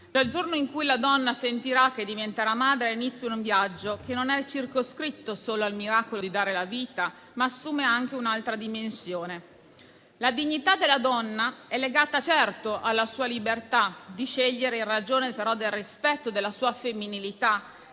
Dal giorno in cui la donna sentirà che diventerà madre ha inizio un viaggio che non è circoscritto solo al miracolo di dare la vita, ma assume anche un'altra dimensione. La dignità della donna è legata certo alla sua libertà di scegliere, in ragione però del rispetto della sua femminilità,